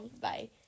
Bye